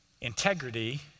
Integrity